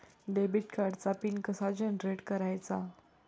Debit कार्डचा pin कसा generate करायचा?